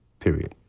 period.